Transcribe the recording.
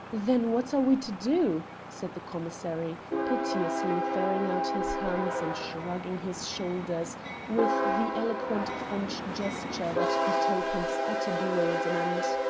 then what are we to do? said the commissary, piteously throwing out his hands and shrugging his shoulders with the eloquent french gesture that betokens utter bewilderment.